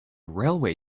railway